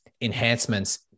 enhancements